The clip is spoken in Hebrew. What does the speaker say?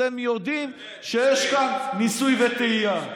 אתם יודעים שיש כאן ניסוי וטעייה.